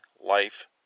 Life